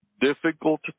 difficult